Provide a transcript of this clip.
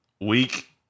Week